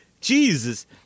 Jesus